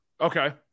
Okay